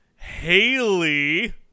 Haley